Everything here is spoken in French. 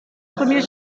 premier